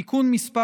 (תיקון מס'